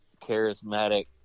charismatic